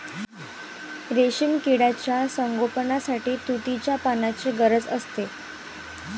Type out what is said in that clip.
रेशीम किड्यांच्या संगोपनासाठी तुतीच्या पानांची गरज असते